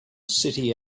city